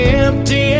empty